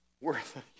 worth